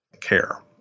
care